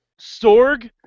Sorg